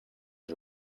els